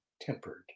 tempered